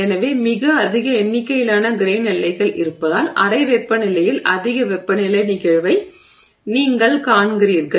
எனவே மிக அதிக எண்ணிக்கையிலான கிரெய்ன் எல்லைகள் இருப்பதால் அறை வெப்பநிலையில் அதிக வெப்பநிலை நிகழ்வை நீங்கள் காண்கிறீர்கள்